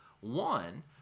One